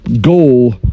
goal